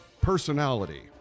personality